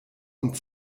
und